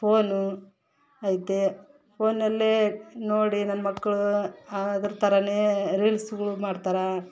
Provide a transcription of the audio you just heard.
phone ಐತೇ ಫೋನಲ್ಲೇ ನೋಡಿ ನನ್ನ ಮಕ್ಕಳು ಅದ್ರ ಥರಾ ರೀಲ್ಸ್ಗಳು ಮಾಡ್ತಾರೆ